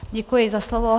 Děkuji za slovo.